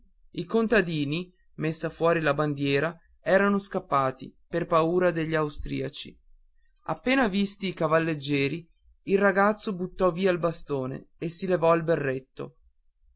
i contadini messa fuori la bandiera erano scappati per paura degli austriaci appena visti i cavalleggieri il ragazzo buttò via il bastone e si